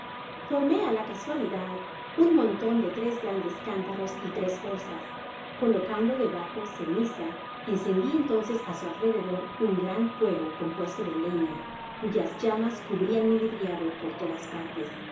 formé á la casualidad un monton de tres grandes cántaros y tres orzas colocando debajo ceniza encendi entonces á su alrededor un gran fuego compuesto de lefia cofas llamas cubrian mivhriado por todas partes